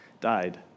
died